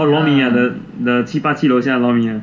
orh lor mee ah the 七八七楼下 lor mee ah